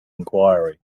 inquiry